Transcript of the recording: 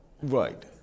Right